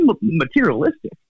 materialistic